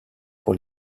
pour